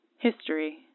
History